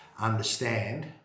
understand